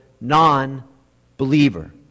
non-believer